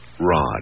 rod